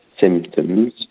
symptoms